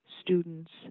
students